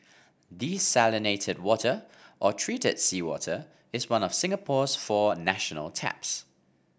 desalinated water or treated seawater is one of Singapore's four national taps